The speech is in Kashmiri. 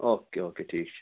اوکے اوکے ٹھیٖک چھُ